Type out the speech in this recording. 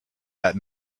that